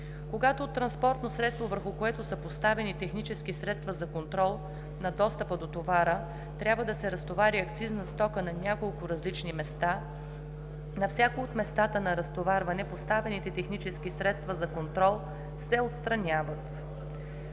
Когато от транспортно средство, върху което са поставени технически средства за контрол на достъпа до товара, трябва да се разтовари акцизна стока на няколко различни места, на всяко от местата на разтоварване поставените технически средства за контрол се отстраняват.